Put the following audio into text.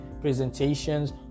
presentations